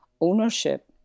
ownership